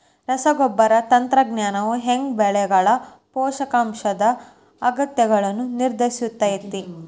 ರಸಗೊಬ್ಬರ ತಂತ್ರಜ್ಞಾನವು ಹ್ಯಾಂಗ ಬೆಳೆಗಳ ಪೋಷಕಾಂಶದ ಅಗತ್ಯಗಳನ್ನ ನಿರ್ಧರಿಸುತೈತ್ರಿ?